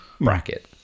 bracket